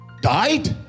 Died